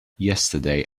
yesterday